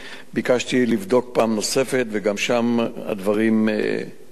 ביקשתי לבדוק פעם נוספת, וגם שם הדברים תוקנו.